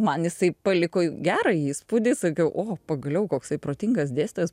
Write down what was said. man jisai paliko gerą įspūdį sakiau o pagaliau koksai protingas dėstytojas